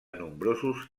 nombrosos